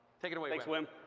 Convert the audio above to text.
take it away. thank so um